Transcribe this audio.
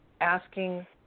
asking